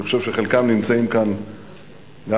אני חושב שחלקם נמצאים כאן ביציע.